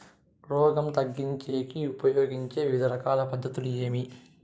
రోగం తగ్గించేకి ఉపయోగించే వివిధ రకాల పద్ధతులు ఏమి?